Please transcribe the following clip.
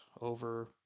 over